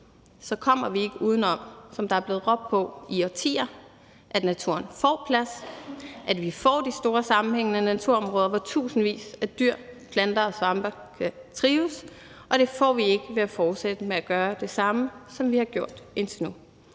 så kommer vi ikke udenom, som der er blevet råbt på i årtier, at naturen får plads, og at vi får de store sammenhængende naturområder, hvor tusindvis af dyr, planter og svampe kan trives, og det får vi ikke ved at fortsætte med at gøre det samme, som vi har gjort indtil nu.